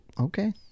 Okay